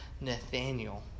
Nathaniel